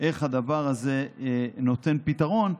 איך הדבר הזה נותן פתרון,